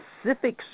specific